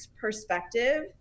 perspective